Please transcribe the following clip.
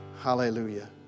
Hallelujah